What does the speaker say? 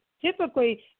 typically